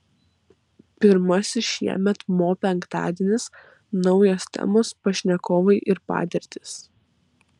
pirmasis šiemet mo penktadienis naujos temos pašnekovai ir patirtys